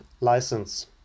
license